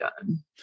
done